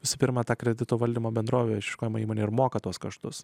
visų pirma ta kredito valdymo bendrovė išieškojimo įmonė ir moka tuos kaštus